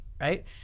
Right